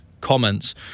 comments